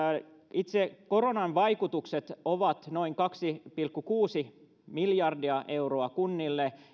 itse koronan vaikutukset ovat noin kaksi pilkku kuusi miljardia euroa kunnille